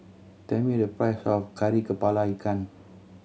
tell me the price of Kari Kepala Ikan